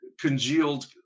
congealed